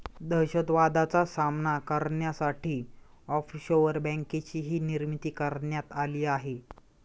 दहशतवादाचा सामना करण्यासाठी ऑफशोअर बँकेचीही निर्मिती करण्यात आली आहे